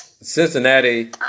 Cincinnati